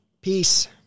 Peace